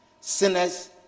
sinners